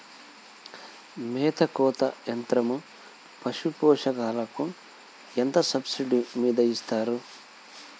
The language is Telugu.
మేత కోత యంత్రం పశుపోషకాలకు ఎంత సబ్సిడీ మీద ఇస్తారు?